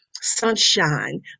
sunshine